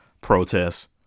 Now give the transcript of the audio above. protests